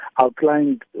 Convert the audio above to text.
outlined